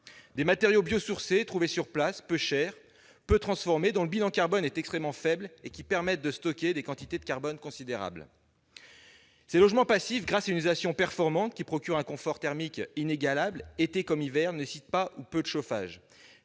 Ces matériaux biosourcés, trouvés sur place, peu chers, peu transformés, dont le bilan carbone est extrêmement faible, permettent de stocker des quantités de carbone considérables. Ces logements passifs, grâce à une isolation performante qui procure un confort thermique inégalable été comme hiver, ne nécessitent pas ou peu de chauffage.